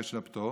ושל הפטור.